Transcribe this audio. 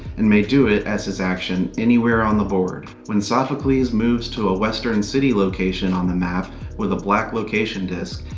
and may do it as his action anywhere on the board. when sophocles moves to a western city location on the map with a black location disc,